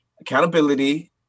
accountability